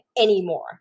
anymore